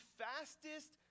fastest